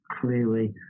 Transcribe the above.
clearly